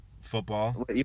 football